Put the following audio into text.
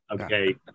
Okay